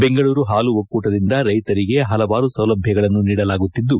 ಬೆಂಗಳೂರು ಹಾಲು ಒಕ್ಕೂ ಟದಿಂದ ರೈತರಿಗೆ ಹಲವಾರು ಸೌಲಭ್ಯಗಳನ್ನು ನೀಡಲಾಗುತ್ತಿದ್ದು